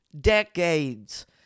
decades